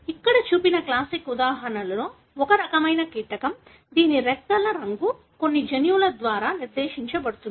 ఇక్కడ చూపిన క్లాసిక్ ఉదాహరణలలో ఒక రకమైన కీటకం దీని రెక్క రంగు కొన్ని జన్యువుల ద్వారా నిర్దేశించబడుతుంది